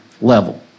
level